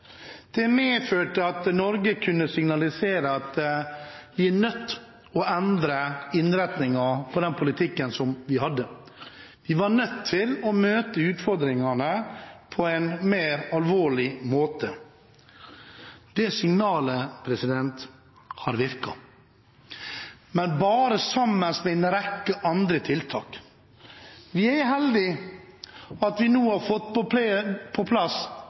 Det medførte at Norge kunne signalisere at vi er nødt til å endre innretningen på den politikken som vi hadde, vi er nødt til å møte utfordringene på en mer alvorlig måte. Det signalet har virket – men bare sammen med en rekke andre tiltak. Det er heldig at man nå har fått på